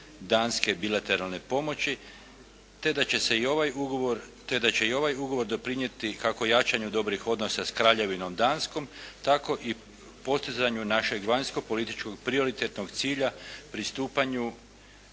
danske bilateralne pomoći, te da će i ovaj ugovor doprinijeti kako jačanja dobrih odnosa sa Kraljevinom Danskom, tako i postizanju našeg vanjsko-političkog prioritetnog cilja pristupanju